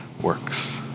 works